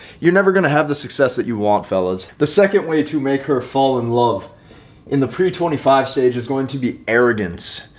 you're never going to have the success that you want fellas. the second way to make her fall in love in the pre twenty five stage is going to be arrogance.